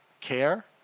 care